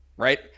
Right